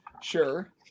sure